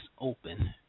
open